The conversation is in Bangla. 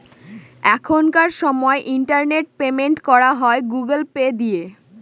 এখনকার সময় ইন্টারনেট পেমেন্ট করা হয় গুগুল পে দিয়ে